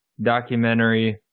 documentary